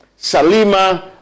Salima